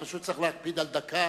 פשוט צריך להקפיד על דקה.